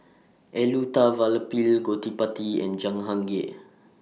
Elattuvalapil Gottipati and Jahangir